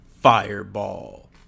Fireball